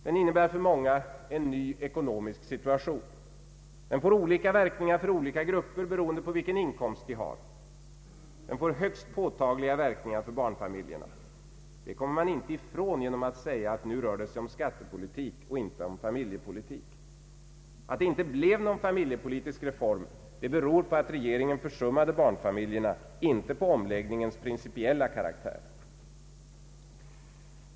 Den innebär för många en ny ekonomisk situation. Den får olika verkningar för olika grupper beroende på vilken inkomst de har. Den får högst påtagliga verkningar för barnfamiljerna. Detta kommer man inte ifrån genom att säga att nu rör det sig om skattepolitik och inte om familjepolitik. Att det inte blev någon familjepolitisk reform beror på att regeringen försummade barnfamiljerna — inte på omläggningens principiella karaktär.